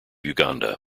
uganda